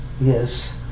Yes